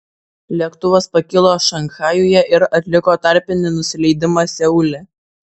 lėktuvas pakilo šanchajuje ir atliko tarpinį nusileidimą seule